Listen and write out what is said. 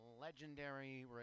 legendary